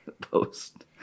post